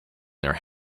their